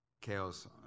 chaos